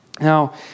Now